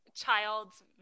child's